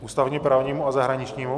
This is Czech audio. Ústavněprávnímu a zahraničnímu?